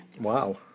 Wow